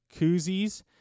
koozies